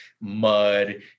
mud